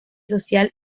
social